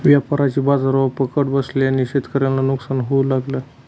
व्यापाऱ्यांची बाजारावर पकड बसल्याने शेतकऱ्यांना नुकसान होऊ लागलं